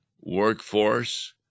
workforce